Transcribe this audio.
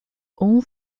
all